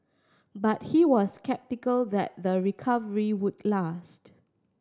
but he was sceptical that the recovery would last